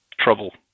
trouble